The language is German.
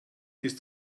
ist